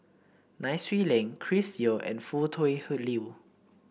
Nai Swee Leng Chris Yeo and Foo Tui Liew